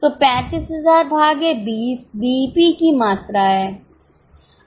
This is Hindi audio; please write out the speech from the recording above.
तो 35000 भागे 20 बीईपी की मात्रा है